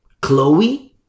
Chloe